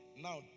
Now